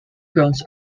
grounds